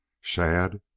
Shad